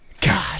God